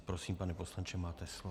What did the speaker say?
Prosím, pane poslanče, máte slovo.